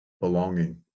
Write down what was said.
belonging